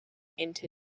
into